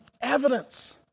evidence